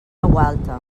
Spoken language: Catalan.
gualta